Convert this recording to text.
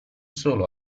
solo